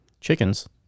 Chickens